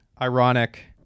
ironic